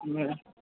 మ